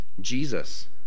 Jesus